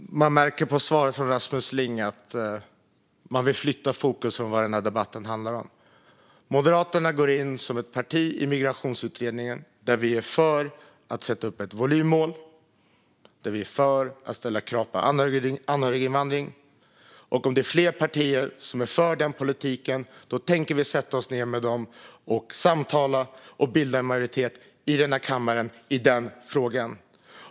Fru talman! Det märks på svaret från Rasmus Ling att man vill flytta fokus från vad den här debatten handlar om. Moderaterna går som parti in i Migrationsutredningen. Vi är för att sätta upp ett volymmål och ställa krav på anhöriginvandring. Om det är fler partier som är för den politiken tänker vi sätta oss ned med dem och samtala och bilda en majoritet i den här kammaren i den frågan.